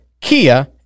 Kia